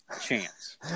chance